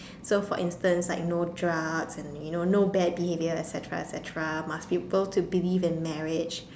so for instance you know no drugs and you know no bad behaviours etc etc must be bow to believe in marriage